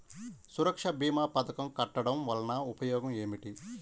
సురక్ష భీమా పథకం కట్టడం వలన ఉపయోగం ఏమిటి?